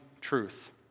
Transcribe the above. truth